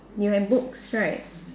you have books right